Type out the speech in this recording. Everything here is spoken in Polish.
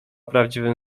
prawdziwym